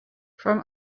from